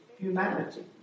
humanity